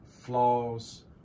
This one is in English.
flaws